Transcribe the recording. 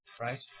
right